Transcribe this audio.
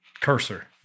cursor